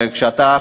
כשאתה,